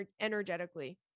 energetically